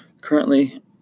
Currently